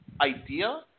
idea